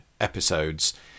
episodes